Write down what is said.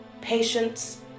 patience